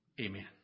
Amen